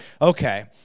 okay